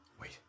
Wait